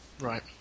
Right